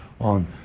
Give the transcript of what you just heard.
On